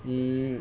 hmm